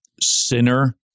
sinner